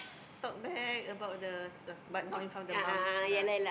talk bad about the stuff but not in front of the mum lah